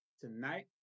tonight